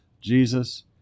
Jesus